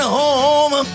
home